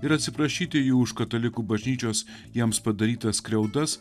ir atsiprašyti jų už katalikų bažnyčios jiems padarytas skriaudas